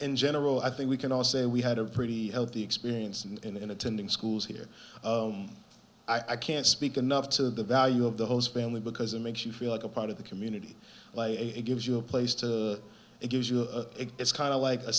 in general i think we can all say we had a pretty healthy experience and attending schools here i can speak enough to value of the host family because it makes you feel like a part of the community it gives you a place to it gives you a it's kind of like a